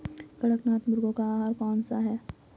कड़कनाथ मुर्गे का आहार कौन सा है?